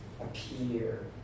appear